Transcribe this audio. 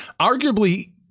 Arguably